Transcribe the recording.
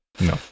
No